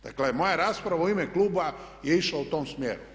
Dakle, moja rasprava u ime kluba je išla u tom smjeru.